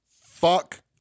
Fuck